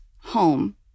home